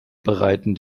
bereiten